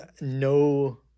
no